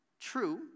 True